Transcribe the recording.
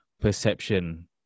perception